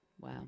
Wow